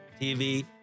TV